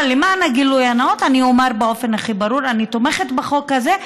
למען הגילוי הנאות אני אומר באופן הכי ברור שאני תומכת בחוק הזה,